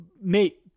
mate